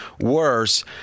worse